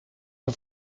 een